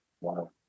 Wow